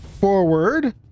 forward